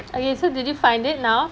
okay so did you find it now